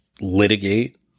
litigate